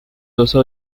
also